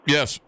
Yes